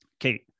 Okay